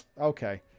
Okay